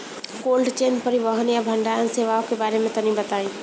Cold chain परिवहन या भंडारण सेवाओं के बारे में तनी बताई?